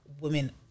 women